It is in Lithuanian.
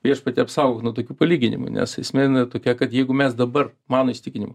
viešpatie apsaugok nuo tokių palyginimų nes esmė na tokia kad jeigu mes dabar mano įsitikinimu